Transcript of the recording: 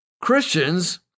Christians